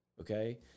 Okay